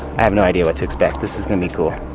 i have no idea what to expect. this is going to be cool.